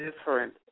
different